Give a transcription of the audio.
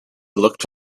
looked